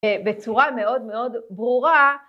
בצורה מאוד מאוד ברורה